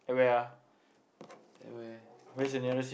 at where